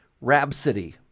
Rhapsody